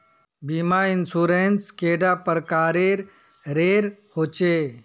बीमा इंश्योरेंस कैडा प्रकारेर रेर होचे